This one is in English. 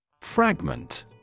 Fragment